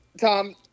Tom